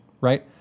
Right